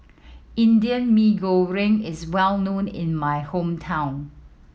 Indian Mee Goreng is well known in my hometown